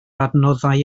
adnoddau